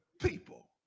people